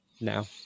now